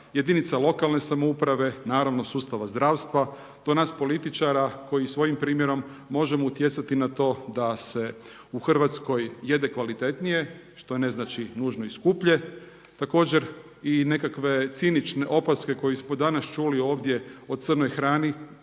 jedinica lokalne samouprave, naravno sustava zdravstva do nas političara koji svojim primjerom možemo utjecati na to da se u Hrvatskoj jede kvalitetnije što ne znači nužno i skuplje. Također i nekakve cinične opaske koje smo danas čuli ovdje o crnoj hrani,